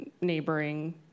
neighboring